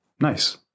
Nice